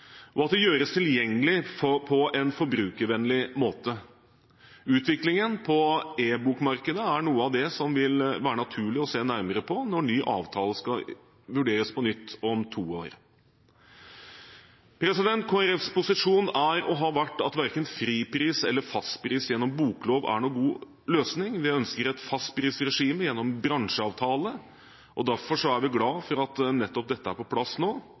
og at det gjøres tilgjengelig på en forbrukervennlig måte. Utviklingen på e-bokmarkedet er noe av det som det vil være naturlig å se nærmere på når ny avtale skal vurderes om to år. Kristelig Folkepartis posisjon er og har vært at verken fripris eller fastpris gjennom boklov er noen god løsning. Vi ønsker et fastprisregime gjennom en bransjeavtale, og derfor er vi glade for at nettopp dette er på plass nå.